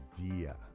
idea